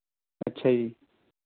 ਅੱਛਾ ਜੀ